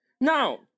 Now